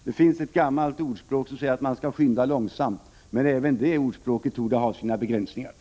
Det finns ett gammalt ordspråk som säger att man skall skynda långsamt, men även det ordspråket torde ha sin begränsade tillämpning.